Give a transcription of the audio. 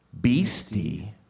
Beastie